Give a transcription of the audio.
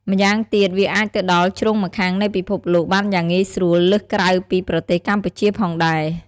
ម្យ៉ាងទៀតវាអាចទៅដល់ជ្រុងម្ខាងនៃពិភពលោកបានយ៉ាងងាយស្រួលលើសក្រៅពីប្រទេសកម្ពុជាផងដែរ។